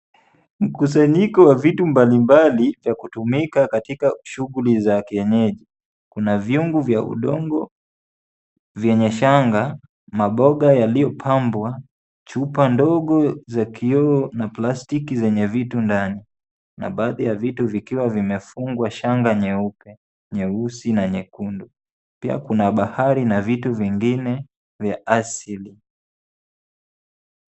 Mkusanyiko wa vitu mbalimbali vya kutumika katika shugli za kienyeji ,Kuna vyungu vya udongo vyenye shanga ,maboga yaliyopambwa ,chupa ndogo za kioo na plastiki zenye vitu ndani , na baadhi ya vitu vikiwa vimefungwa shanga nyeupe, nyeusi na nyekundu pia Kuna bahari na vitu vingine vya asili.